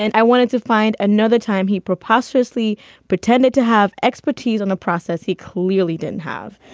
and i wanted to find another time. he preposterously pretended to have expertise on the process. he clearly didn't have.